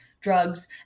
drugs